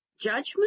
Judgment